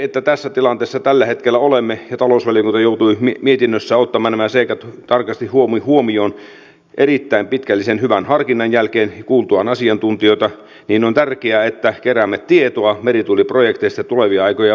kun tässä tilanteessa tällä hetkellä olemme ja talousvaliokunta joutui mietinnössään ottamaan nämä seikat tarkasti huomioon erittäin pitkällisen hyvän harkinnan jälkeen kuultuaan asiantuntijoita niin on tärkeää että keräämme tietoa merituuliprojektista tulevia aikoja varten